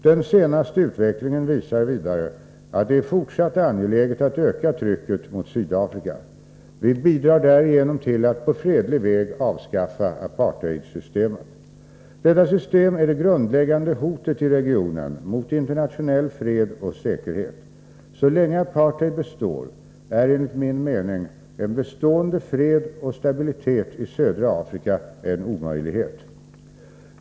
Den senaste utvecklingen visar vidare att det även i fortsättningen är angeläget att öka trycket mot Sydafrika. Vi bidrar därigenom till att på fredlig väg avskaffa apartheidsystemet. Detta system är det grundläggande hotet i regionen mot internationell fred och säkerhet. Så länge apartheid består är, enligt min mening, en bestående fred och stabilitet i södra Afrika en omöjlighet.